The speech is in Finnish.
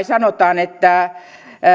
sanotaan että